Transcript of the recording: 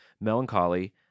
melancholy